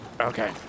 okay